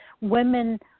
women